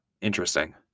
Interesting